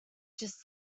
just